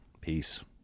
peace